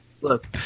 Look